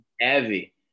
heavy